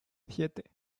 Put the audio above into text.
siete